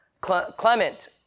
Clement